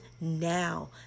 now